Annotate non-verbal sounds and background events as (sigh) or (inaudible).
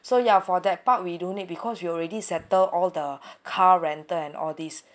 so ya for that part we don't need because we already settle all the (breath) car rental and all these